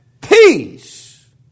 Peace